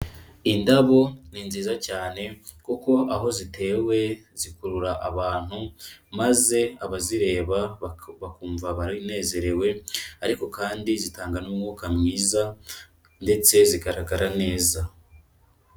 Indabo ni nziza cyane kuko aho zitewe zikurura abantu maze abazireba bakumva baranezerewe ariko kandi zitanga n'umwuka mwiza ndetse zigaragara neza.